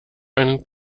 einen